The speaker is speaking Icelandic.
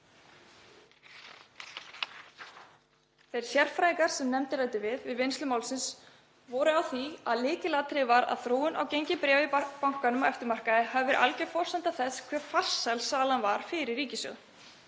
Þeir sérfræðingar sem nefndin ræddi við við vinnslu málsins voru á því að lykilatriði hafi verið að þróun á gengi bréfa í bankanum á eftirmarkaði hafi verið alger forsenda þess hve farsæl salan var fyrir ríkissjóð.